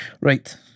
Right